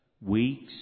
weeks